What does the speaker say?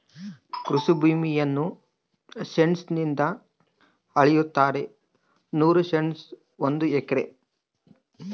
ಕೃಷಿ ಭೂಮಿಯನ್ನು ಸೆಂಟ್ಸ್ ನಿಂದ ಅಳೆಯುತ್ತಾರೆ ನೂರು ಸೆಂಟ್ಸ್ ಒಂದು ಎಕರೆ